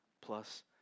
plus